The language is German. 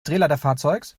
drehleiterfahrzeugs